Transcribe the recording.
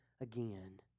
again